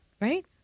Right